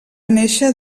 néixer